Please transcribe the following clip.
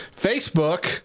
Facebook